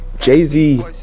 jay-z